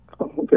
Okay